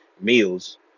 meals